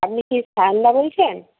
আপনি কি সায়নদা বলছেন